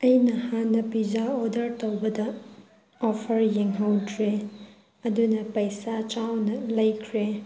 ꯑꯩꯅ ꯍꯥꯟꯅ pizza order ꯇꯧꯕꯗ ꯑꯣꯐꯔ ꯌꯦꯡꯍꯧꯗ꯭ꯔꯦ ꯑꯗꯨꯅ ꯄꯩꯁꯥ ꯆꯥꯎꯅ ꯂꯩꯈ꯭ꯔꯦ